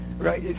Right